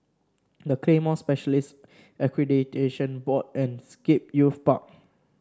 The Claymore Specialists Accreditation Board and Scape Youth Park